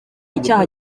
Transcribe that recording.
icyaha